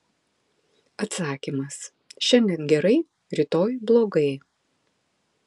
atsakymas šiandien gerai rytoj blogai